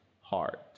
heart